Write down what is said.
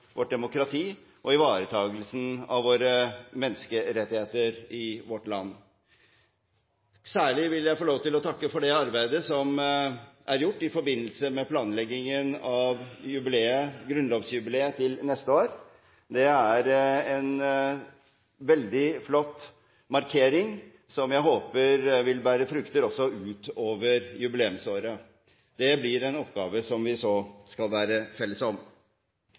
vårt demokrati og ivaretakelsen av våre menneskerettigheter i vårt land. Særlig vil jeg få lov til å takke for det arbeidet som er gjort i forbindelse med planleggingen av grunnlovsjubileet til neste år. Det er en veldig flott markering som jeg håper vil bære frukter også utover jubileumsåret. Det blir en oppgave som vi skal være felles om.